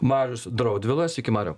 marius draudvila sveiki mariau